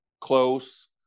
close